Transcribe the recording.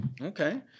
Okay